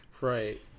Right